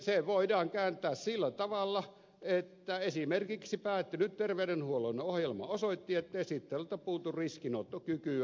se voidaan kääntää sillä tavalla että esimerkiksi päättynyt terveydenhuollon ohjelma osoitti ettei siltä puutu riskinottokykyä